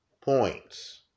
points